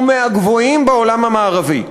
הוא מהגבוהים בעולם המערבי.